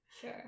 sure